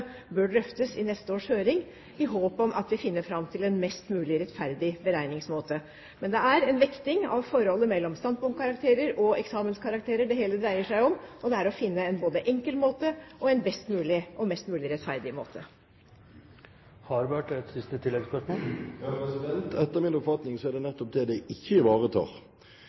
bør drøftes i neste års høring, i håp om at vi finner fram til en mest mulig rettferdig beregningsmåte. Det er en vekting av forholdet mellom standpunktkarakterer og eksamenskarakterer det hele dreier seg om, og det er å finne både en enkel måte og en best mulig og mest mulig rettferdig måte. Etter min oppfatning er det nettopp det det ikke ivaretar.